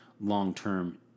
long-term